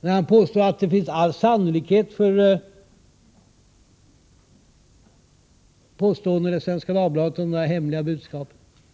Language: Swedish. framplockat. Adelsohn påstod att det finns stor sannolikhet för att påståendena i Svenska Dagbladet om det hemliga budskapet var riktiga.